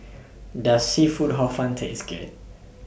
Does Seafood Hor Fun Taste Good